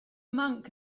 monk